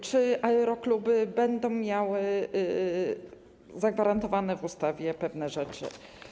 Czy aerokluby będą miały zagwarantowane w ustawie pewne rzeczy?